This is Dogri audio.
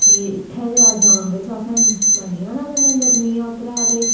नेईं ते इत्थै ते अस जाम बिच्च असें मरी जाना कन्नै गर्मी ऐ उप्परा ते